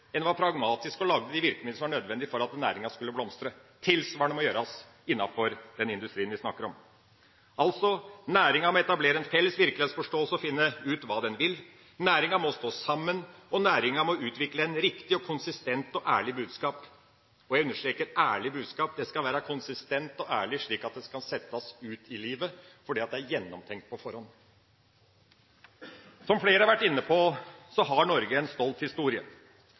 En var pragmatisk og lagde de virkemidlene som var nødvendig for at næringa skulle blomstre. Tilsvarende må gjøres innenfor den industrien vi snakker om. Altså: Næringa må etablere en felles virkelighetsforståelse og finne ut hva den vil. Næringa må stå sammen, og den må utvikle et riktig, konsistent og ærlig budskap – og jeg understreker ærlig budskap. Det skal være konsistent og ærlig, slik at det kan settes ut i livet fordi det er gjennomtenkt på forhånd. Som flere har vært inne på, har Norge en stolt historie.